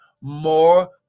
more